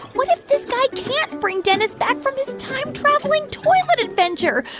what if this guy can't bring dennis back from his time-traveling toilet adventure?